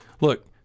look